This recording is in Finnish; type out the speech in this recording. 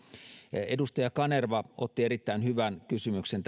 edustaja kanerva otti erittäin hyvän kysymyksen